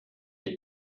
les